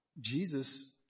Jesus